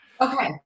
Okay